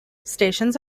stations